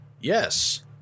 Yes